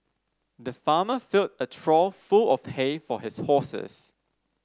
the farmer filled a trough full of hay for his horses